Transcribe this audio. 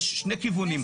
יש שני כיוונים,